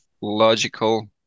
logical